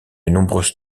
nombreuses